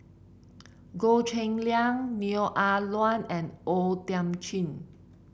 Goh Cheng Liang Neo Ah Luan and O Thiam Chin